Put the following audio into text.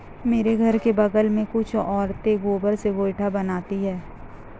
मेरे घर के बगल में कुछ औरतें गोबर से गोइठा बनाती है